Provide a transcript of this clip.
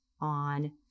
on